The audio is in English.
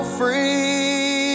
free